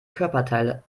körperteile